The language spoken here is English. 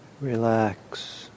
Relax